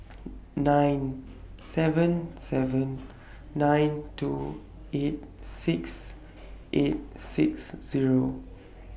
nine seven seven nine two eight six eight six Zero